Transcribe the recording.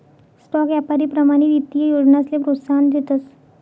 stock यापारी प्रमाणित ईत्तीय योजनासले प्रोत्साहन देतस